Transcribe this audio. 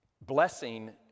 Blessing